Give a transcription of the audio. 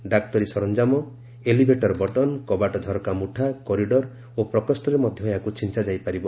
ଡାକ୍ତରୀ ସରଞ୍ଜାମ elevator button କବାଟ ଝର୍କା ମୁଠା କରିଡ଼ର ଓ ପ୍ରକୋଷ୍ଠରେ ମଧ୍ୟ ଏହାକୁ ଛିଞ୍ଚାଯାଇ ପାରିବ